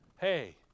hey